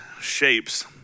shapes